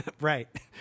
right